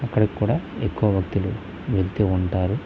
అక్కడికి కూడా ఎక్కువ భక్తులు వెళ్తూ ఉంటారు